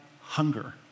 hunger